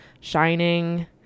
Shining